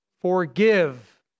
Forgive